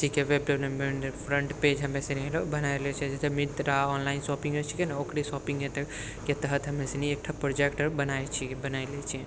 छिकै web development front page हमेसनी बना लै छिए मिन्त्रा ऑनलाइन शॉपिङ्ग एप छिकै ने ओकरे शॉपिङ्गके तहत हमेसनी एकटा प्रोजेक्ट बनाइ छिए बनैलए छिए